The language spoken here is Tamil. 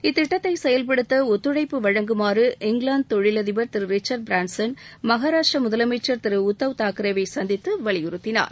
இத்திட்டத்தை செயல்படுத்த ஒத்துழைப்பு வழங்குமாறு இங்கிலாந்து தொழிலதிபர் திரு ரிச்சசரட் பிரான்சன் மகாராஷ்ட்ர முதலமைச்சர் திரு உத்தவ் தாக்கரவே சந்தித்து வலியுறுத்தினார்